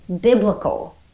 biblical